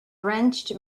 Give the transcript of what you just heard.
wrenched